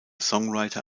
songwriter